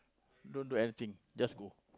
don't do anything just go